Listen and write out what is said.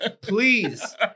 please